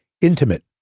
intimate